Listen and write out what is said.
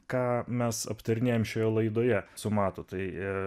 ką mes aptarinėjam šioje laidoje su matu tai